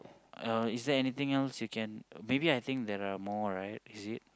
uh is there anything else you can maybe I think there are more right is it